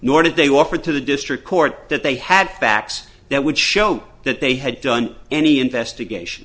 nor did they offer to the district court that they had facts that would show that they had done any investigation